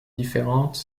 différente